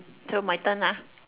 so my turn ah